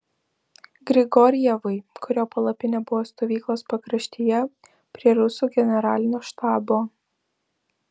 grigorjevui kurio palapinė buvo stovyklos pakraštyje prie rusų generalinio štabo